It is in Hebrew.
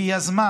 היא יזמה